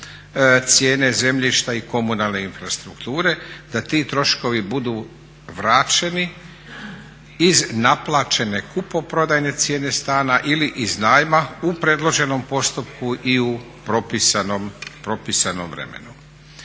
cijene zemljišta i komunalne infrastrukture da ti troškovi budu vraćeni iz naplaćene kupoprodajne cijene stana ili iz najma u predloženom postupku i propisanom vremenu.